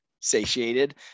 satiated